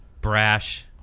brash